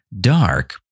dark